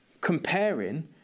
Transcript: comparing